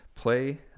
play